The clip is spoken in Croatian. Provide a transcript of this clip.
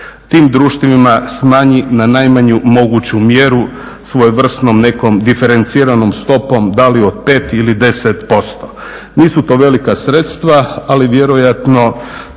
tim društvima smanji na najmanju moguću mjeru svojevrsnom nekom diferenciranom stopom da li od 5 ili od 10%. Nisu to velika sredstva, ali vjerojatno